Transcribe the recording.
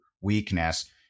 weakness